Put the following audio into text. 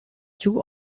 two